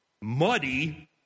muddy